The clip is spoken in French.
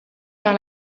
par